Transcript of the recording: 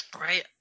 Right